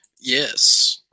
Yes